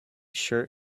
shirt